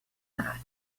that